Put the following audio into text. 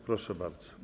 Proszę bardzo.